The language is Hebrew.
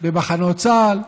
במחנות צה"ל,